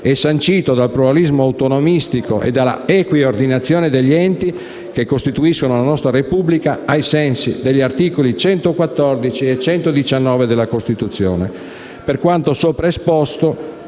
e sancito dal pluralismo autonomistico e dalla equiordinazione degli enti che costituiscono la Repubblica ai sensi degli articoli 114 e 119 della Costituzione. Per quanto sopra esposto,